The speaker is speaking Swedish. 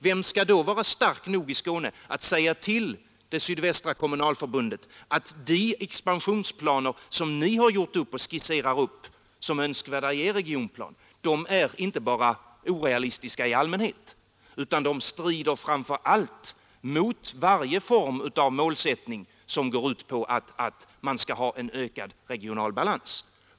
Vem skall då vara stark nog i Skåne att säga till det sydvästra kommunalförbundet, att de expansionsplaner som ni har gjort upp och skisserar upp som önskvärda i er regionplan inte bara är orealistiska i allmänhet utan också framför allt strider mot varje form av målsättning som går ut på en ökad regional balans?